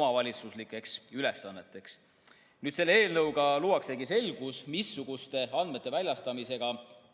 omavalitsuslikeks ülesanneteks. Selle eelnõuga luuaksegi selgus, missuguste andmete väljastamisega